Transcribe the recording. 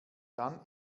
dann